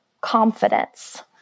confidence